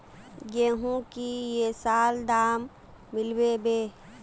गेंहू की ये साल दाम मिलबे बे?